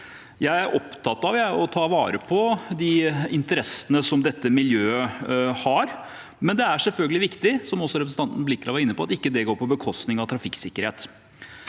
Jeg er opptatt av å ta vare på de interessene som dette miljøet har, men det er selvfølgelig viktig, som også representanten Blikra var inne på, at det ikke går på bekostning av trafikksikkerhet.